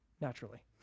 naturally